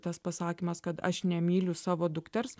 tas pasakymas kad aš nemyliu savo dukters